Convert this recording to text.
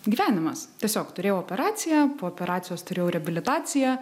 gyvenimas tiesiog turėjau operaciją po operacijos turėjau reabilitaciją